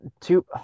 two